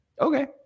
okay